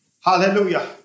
Hallelujah